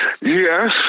Yes